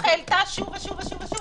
הנושא עלה שוב ושוב ושוב.